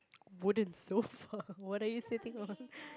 wooden sofa what are you sitting on